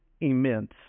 immense